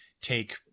take –